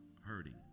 hurting